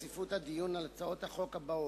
על-פי חוק רציפות הדיון בהצעות חוק,